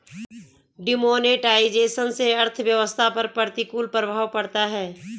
demonetisation से अर्थव्यवस्था पर प्रतिकूल प्रभाव पड़ता है